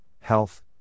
health